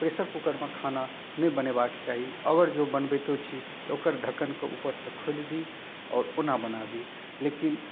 pressure कूकरमे खाना नहि बनयबाके चाही अगर जँ बनबितहुँ छी तऽ ओकर ढक्कनके ऊपरसँ खोलि दी आओर ओना बनाबी लेकिन